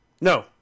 No